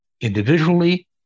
individually